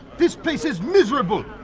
this place is miserable!